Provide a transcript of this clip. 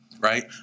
Right